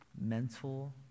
mental